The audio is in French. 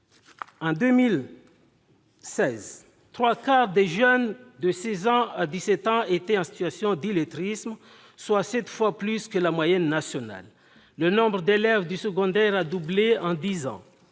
En 2016, les trois quarts des jeunes de seize à dix-sept ans étaient en situation d'illettrisme, soit sept fois plus que la moyenne nationale. Le nombre d'élèves du secondaire a doublé en dix ans.